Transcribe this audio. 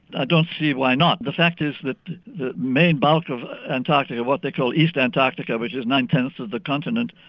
i don't see why not. the fact is that the main bulk of antarctica, what they call east antarctica which is nine-tenths of the continent,